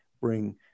bring